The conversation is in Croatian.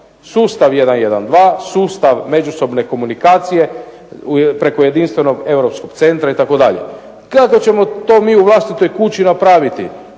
dva sustav međusobne komunikacije preko jedinstvenog europskog centra itd. Kako ćemo mi to u vlastitoj kući napraviti?